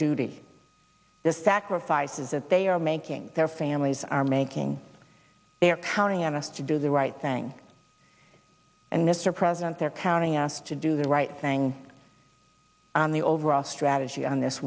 duty the sacrifices that they are making their families are making they are counting on us to do the right thing and mr president they're counting us to do the right thing on the overall strategy on this